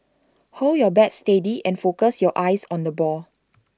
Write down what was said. hold your bat steady and focus your eyes on the ball